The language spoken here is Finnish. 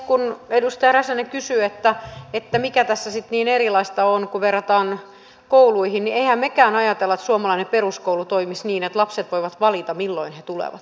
kun edustaja räsänen kysyi mikä tässä sitten niin erilaista on kun verrataan kouluihin niin emmehän mekään ajattele että suomalainen peruskoulu toimisi niin että lapset voivat valita milloin he tulevat